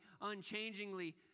unchangingly